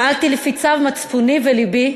פעלתי לפי צו מצפוני ולבי,